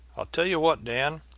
i'll tell you what, dan,